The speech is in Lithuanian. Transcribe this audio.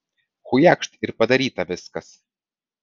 chujakšt ir padaryta viskas